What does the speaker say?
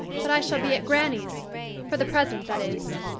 but i shall be at granny's for the present that is,